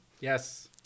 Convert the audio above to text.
Yes